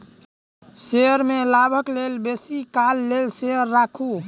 share में लाभक लेल बेसी काल लेल शेयर राखू